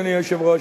אדוני היושב-ראש,